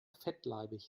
fettleibig